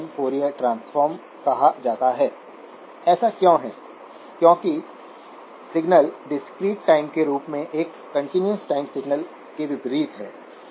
अब transistor saturation में बना हुआ है